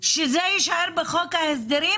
זה שזה זה יישאר בחוק ההסדרים,